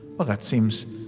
well that seems,